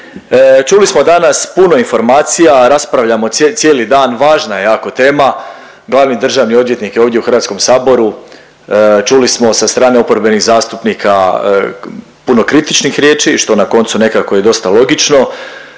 Čuli smo danas puno informacija, raspravljamo cijeli dan, važna je jako tema, glavni državni odvjetnik je ovdje u HS, čuli smo sa strane oporbenih zastupnika puno kritičnih riječi i što na koncu nekako je dosta logično.